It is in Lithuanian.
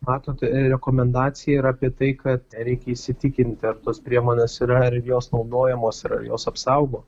matot rekomendacija yra apie tai kad reikia įsitikinti ar tos priemonės yra ar jos naudojamos ir ar jos apsaugo